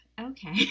Okay